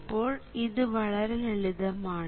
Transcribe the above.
ഇപ്പോൾ ഇത് വളരെ ലളിതമാണ്